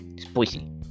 spicy